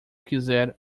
quiser